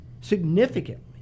significantly